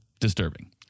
disturbing